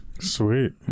Sweet